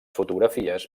fotografies